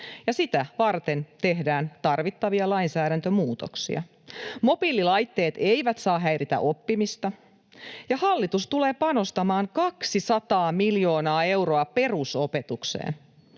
sitä varten tehdään tarvittavia lainsäädäntömuutoksia. Mobiililaitteet eivät saa häiritä oppimista. Hallitus tulee panostamaan 200 miljoonaa euroa perusopetukseen.